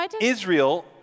Israel